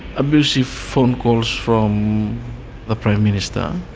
abusive phone calls from the prime minister,